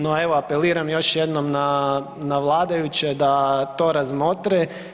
No evo apeliram još jednom na vladajuće da to razmotre.